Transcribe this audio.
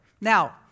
Now